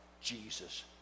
Jesus